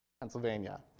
Pennsylvania